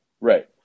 Right